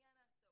לעניין ההסעות,